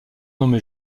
nommé